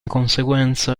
conseguenza